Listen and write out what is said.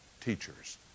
teachers